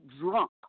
drunk